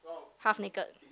half naked